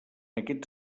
aquests